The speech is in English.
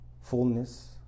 fullness